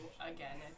again